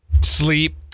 sleep